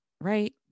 right